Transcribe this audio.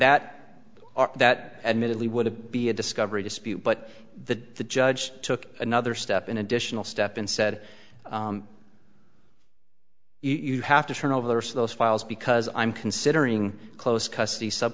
that our that admittedly would be a discovery dispute but the judge took another step in additional step and said you have to turn over there so those files because i'm considering close custody sub